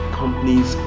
companies